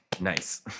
Nice